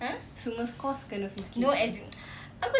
semua course kena fikir apa